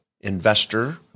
investor